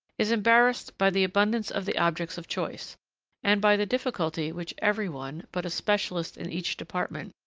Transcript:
is embarrassed by the abundance of the objects of choice and by the difficulty which everyone, but a specialist in each department,